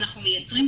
אנחנו מייצרים,